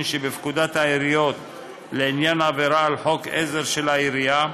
שבפקודת העיריות לעניין עבירה על חוק עזר של העירייה,